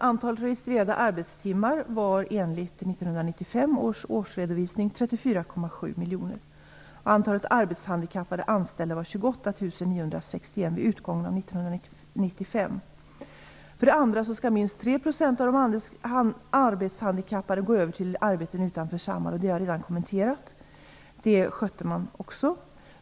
Antalet registrerade arbetstimmar var enligt För det andra skall minst 3 % av de arbetshandikappade gå över till arbeten utanför Samhall, och det har jag redan kommenterat. Det skötte man också.